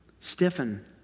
stiffen